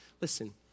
Listen